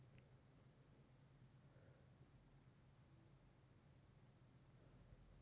ರೇಶ್ಮಿ ದಾರಾ ಬಳಕೆ ಮಾಡಕೊಂಡ ತಯಾರಿಸಿದ ಬಟ್ಟೆ